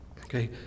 Okay